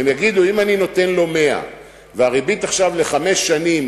הם יגידו: אם אני נותן לו 100 והריבית עכשיו לחמש שנים,